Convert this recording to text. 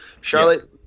Charlotte